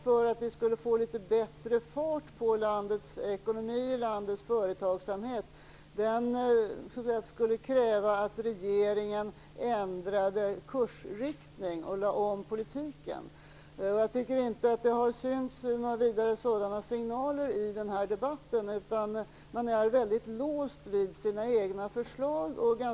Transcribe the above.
För att vi skall få bättre fart på landets ekonomi och företagsamhet krävs att regeringen ändrar kursriktning och lägger om politiken. Det har inte synts några sådana signaler i denna debatt. Man är låst vid sina egna förslag.